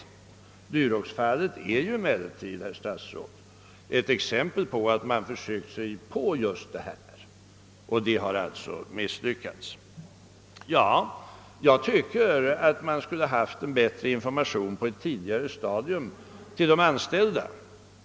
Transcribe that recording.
Duroxfallet är ju emellertid, herr statsråd, ett exempel på att man försökt göra just detta, vilket alltså har misslyckats. Ja, jag tycker att man skulle ha haft en bättre information på ett tidigare stadium till de anställda.